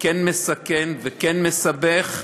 וכן מסכן, וכן מסבך.